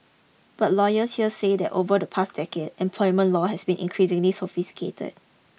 but lawyers here say that over the past decade employment law has become increasingly sophisticated